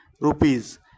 rupees